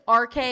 RK